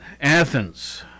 Athens